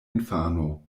infano